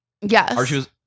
Yes